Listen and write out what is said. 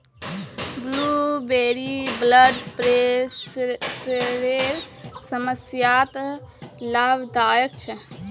blueberry blood प्रेशरेर समस्यात लाभदायक छे